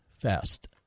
fast